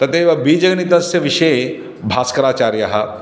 तदेव बीजगणितस्य विषये भास्कराचार्यः